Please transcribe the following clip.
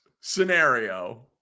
scenario